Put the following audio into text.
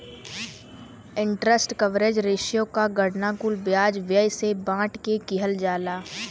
interest coverage ratio क गणना कुल ब्याज व्यय से बांट के किहल जाला